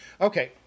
okay